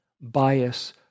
bias